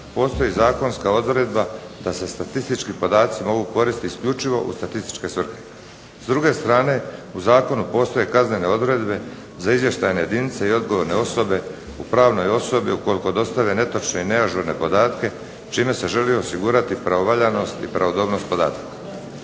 postoji zakonska odredba da se statistički podaci mogu koristiti isključivo u statističke svrhe. S druge strane u Zakonu postoje kaznene odredbe za izvještajne jedinice i odgovorne osobe u pravnoj osobi ukoliko dostave netočne i neažurne podatke čime se želi osigurati pravovaljanost i pravodobnost podataka.